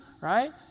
Right